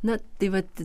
na tai vat